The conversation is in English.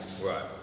Right